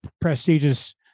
prestigious